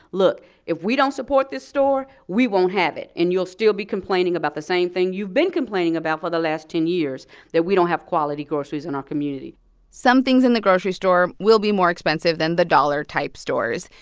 look if we don't support this store, we won't have it, and you'll still be complaining about the same thing you've been complaining about for the last ten years that we don't have quality groceries in our community some things in the grocery store will be more expensive than the dollar-type stores.